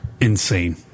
insane